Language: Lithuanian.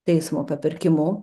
teismo papirkimu